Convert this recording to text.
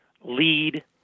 lead